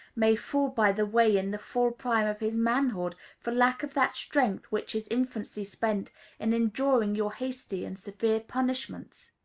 may fall by the way in the full prime of his manhood, for lack of that strength which his infancy spent in enduring your hasty and severe punishments.